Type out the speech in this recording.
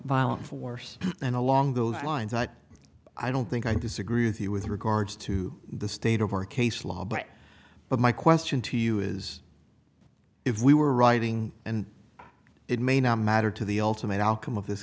violent force and along those lines but i don't think i disagree with you with regards to the state of our case law but but my question to you is if we were writing and it may not matter to the ultimate outcome of this